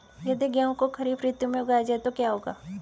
यदि गेहूँ को खरीफ ऋतु में उगाया जाए तो क्या होगा?